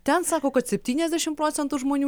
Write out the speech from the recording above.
ten sako kad septyniasdešim procentų žmonių